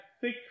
thick